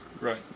Right